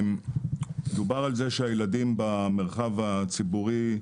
מדובר על זה שהילדים במרחב הציבורי,